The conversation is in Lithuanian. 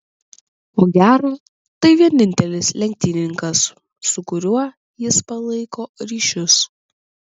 ko gero tai vienintelis lenktynininkas su kuriuo jis palaiko ryšius